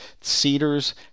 cedars